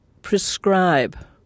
prescribe